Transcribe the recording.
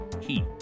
Heat